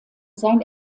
sein